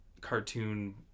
cartoon